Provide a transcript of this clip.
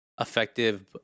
Effective